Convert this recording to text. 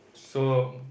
so